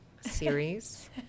series